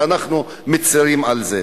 ואנחנו מצרים על זה.